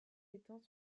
étangs